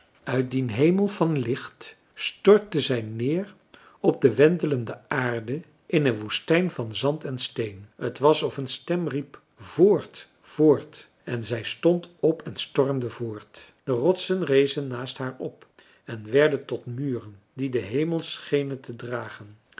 uit dien hemel van licht stortte zij neer op de wentelende aarde in een woestijn van zand en steen het was of een marcellus emants een drietal novellen stem riep voort voort en zij stond op en stormde voort de rotsen rezen naast haar op en werden tot muren die den hemel schenen te dragen